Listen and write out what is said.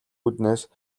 үүднээс